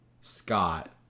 Scott